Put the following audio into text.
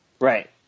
right